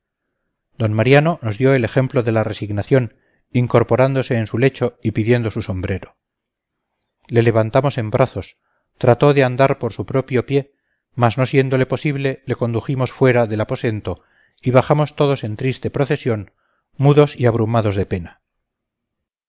d mariano nos dio el ejemplo de la resignación incorporándose en su lecho y pidiendo su sombrero le levantamos en brazos trató de andar por su propio pie mas no siéndole posible le condujimos fuera del aposento y bajamos todos en triste procesión mudos y abrumados de pena